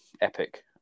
epic